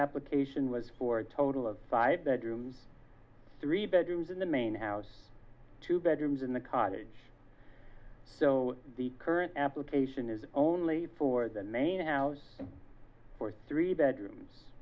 application was for a total of five bedrooms three bedrooms in the main house two bedrooms in the cottage so the current application is only for the main house for three bedrooms